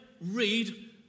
read